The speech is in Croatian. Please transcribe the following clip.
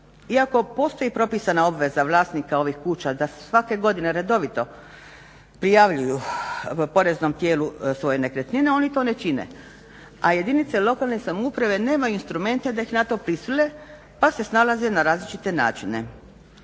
Iako postoji propisana obveza vlasnika ovih kuća da svake godine redovito prijavljuju poreznom tijelu svoje nekretnine oni to ne čine a jedinice lokalne samouprave nemaju instrumente da ih na to prisile pa se snalaze na različite načine.